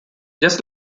just